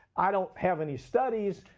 i don't have any studies.